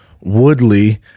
woodley